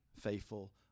faithful